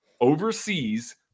overseas